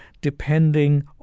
depending